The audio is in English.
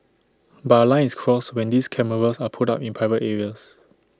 but A line is crossed when these cameras are put up in private areas